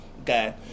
okay